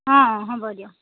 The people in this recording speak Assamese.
অঁ অঁ হ'ব দিয়ক